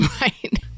Right